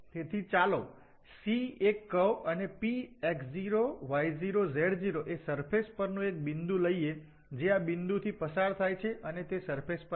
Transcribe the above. તેથી ચાલો C એક કર્વ અને Px0y0z0 એ સરફેશ પર નુ એક બિંદુ લઇએ જે આ બિંદુથી પસાર થાય છે અને તે સરફેશ પર આવેલું છે